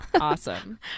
Awesome